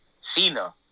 Cena